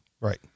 Right